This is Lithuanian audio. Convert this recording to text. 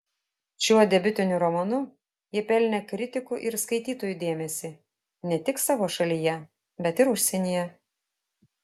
šiuo debiutiniu romanu ji pelnė kritikų ir skaitytojų dėmesį ne tik savo šalyje bet ir užsienyje